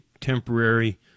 temporary